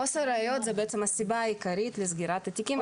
חוסר ראיות היא הסיבה העיקרית לסגירת התיקים.